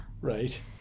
Right